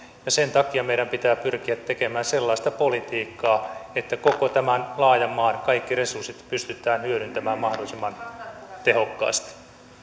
sen takia meidän pitää pyrkiä tekemään sellaista politiikkaa että koko tämän laajan maan kaikki resurssit pystytään hyödyntämään mahdollisimman tehokkaasti